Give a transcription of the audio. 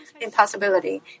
impossibility